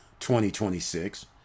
2026